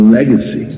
legacy